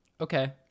okay